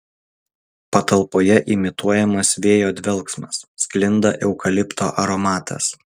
patalpoje imituojamas vėjo dvelksmas sklinda eukalipto aromatas